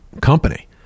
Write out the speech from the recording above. company